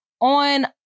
on